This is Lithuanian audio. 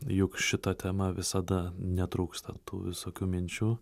juk šita tema visada netrūksta tų visokių minčių